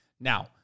Now